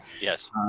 Yes